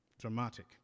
Dramatic